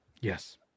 Yes